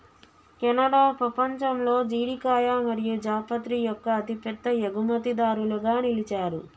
Canada పపంచంలో జీడికాయ మరియు జాపత్రి యొక్క అతిపెద్ద ఎగుమతిదారులుగా నిలిచారు